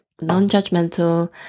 non-judgmental